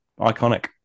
Iconic